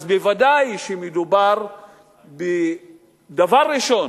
אז ודאי שמדובר דבר ראשון,